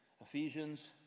Ephesians